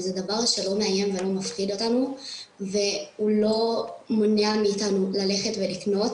זה דבר שלא מאיים ולא מפחיד אותנו והוא לא מונע מאתנו ללכת ולקנות